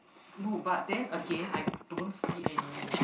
no but then Again I don't see any